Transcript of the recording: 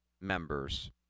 members